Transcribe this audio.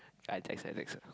I text Alex